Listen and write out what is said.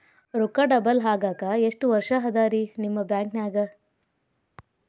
ರೊಕ್ಕ ಡಬಲ್ ಆಗಾಕ ಎಷ್ಟ ವರ್ಷಾ ಅದ ರಿ ನಿಮ್ಮ ಬ್ಯಾಂಕಿನ್ಯಾಗ?